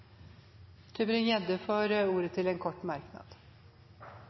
får ordet til en kort merknad,